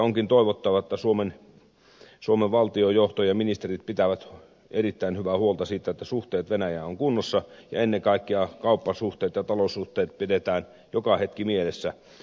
onkin toivottava että suomen valtiojohto ja ministerit pitävät erittäin hyvää huolta siitä että suhteet venäjään ovat kunnossa ja ennen kaikkea kauppasuhteet ja taloussuhteet pidetään joka hetki mielessä